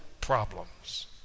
problems